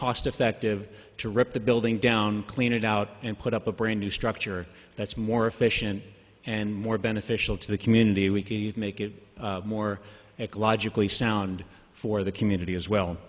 cost effective to rip the building down clean it out and put up a brand new structure that's more efficient and more beneficial to the community we can make it more ecologically sound for the community as well